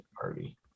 party